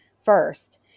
first